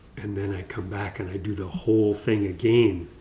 and then i come back and i do the whole thing again